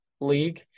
league